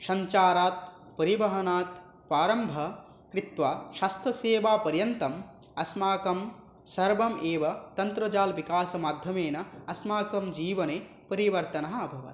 सञ्चारात् परिवहनात् पारम्भं कृत्वा शास्त्रसेवापर्यन्तम् अस्माकं सर्वम् एव तन्त्रजालविकासमाध्यमेन अस्माकं जीवने परिवर्तनम् अभवत्